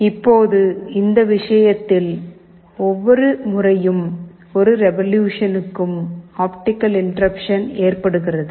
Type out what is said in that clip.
இப்போது இந்த விஷயத்தில் ஒவ்வொரு முறையும் ஒரு ரெவொலுஷனுக்கும் ஆப்டிகல் இன்டெர்ருப்சன் ஏற்படுகிறது